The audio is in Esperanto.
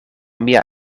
mia